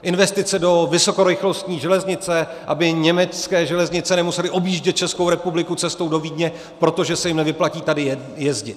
Investice do vysokorychlostní železnice, aby německé železnice nemusely objíždět Českou republikou cestou do Vídně, protože se jim nevyplatí tady jezdit.